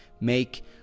make